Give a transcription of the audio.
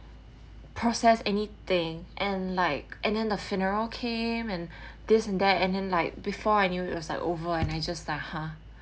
process any thing and like and then the funeral came and this and that and then like before I knew it was like over and I just like !huh!